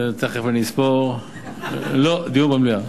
תיכף אני אספור, לא, דיון במליאה.